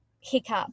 hiccup